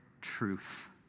truth